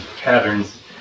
patterns